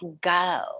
go